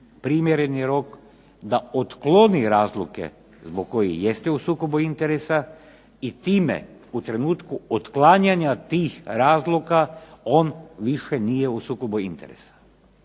primjereni rok da otkloni razloge zbog kojih jeste u sukobu interesa i time u trenutku otklanjanja tih razloga on više nije u sukobu interesa.